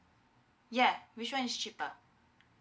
yeah which one is cheaper